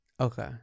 Okay